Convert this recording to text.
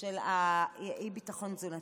של האי-ביטחון התזונתי.